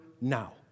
now